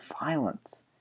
violence